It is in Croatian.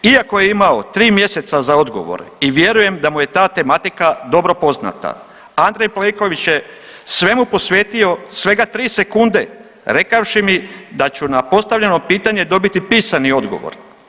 Iako je imao 3 mjeseca za odgovor i vjerujem da mu je ta tematika dobro poznata Andrej Plenković je svemu posvetio svega tri sekunde rekavši mi da ću na postavljeno pitanje dobiti pisani odgovor.